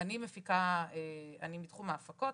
אני מתחום ההפקות.